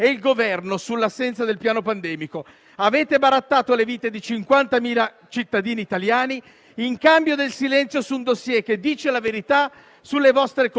sulle vostre colpe. Avete barattato le vite di 50.000 italiani in cambio di un video marchetta dell'OMS a cui avete appena dato un obolo di 10 milioni.